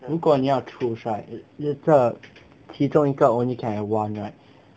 如果你要 choose rigth 一个其中一个 only can have [one] right